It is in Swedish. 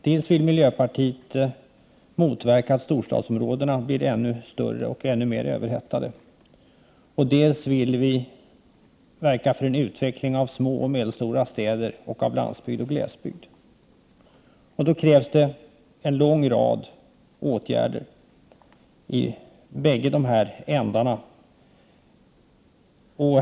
Dels vill miljöpartiet motverka att storstadsområdena blir ännu större och ännu mer överhettade, dels vill vi verka för en utveckling av små och medelstora städer och av landsbygd och glesbygd. Då krävs en lång rad åtgärder i bägge ändarna.